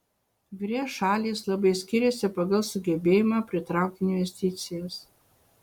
vre šalys labai skiriasi pagal sugebėjimą pritraukti investicijas